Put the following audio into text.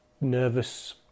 nervous